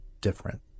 different